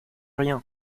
rien